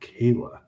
Kayla